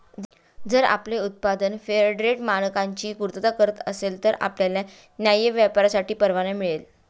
जर आपले उत्पादन फेअरट्रेड मानकांची पूर्तता करत असेल तर आपल्याला न्याय्य व्यापारासाठी परवाना मिळेल